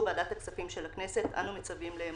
ועדת הכספים של הכנסת אנו מצווים לאמור.